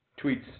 Tweets